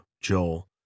Joel